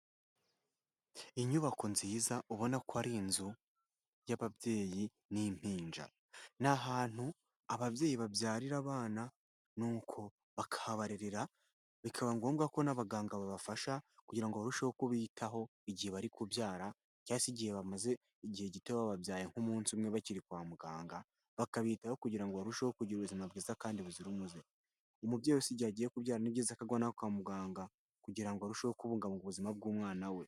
Inyubako nziza, ubona ko ari inzu y’ababyeyi n’impinja. Ni ahantu ababyeyi babyarira abana, n’uko bakahabarerera bikaba ngombwa ko n’abaganga babafasha kugira ngo barusheho kubitaho igihe bari kubyara cyase igihe bamaze igihe gito bababyaye nk’umunsi umwe bakiri kwa muganga. Bakabitaho kugira ngo barusheho kugira ubuzima bwiza kandi buzira umuze. Umubyeyi si bya agiye kubyarana ibyiza, akagwa awanwa kwa muganga, kugira arusheho kubungabunga ubuzima bw’umwana we.